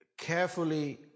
carefully